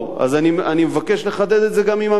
אז אני מבקש לחדד את זה גם עם המציע.